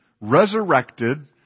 resurrected